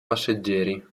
passeggeri